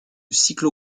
cyclo